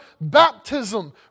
baptism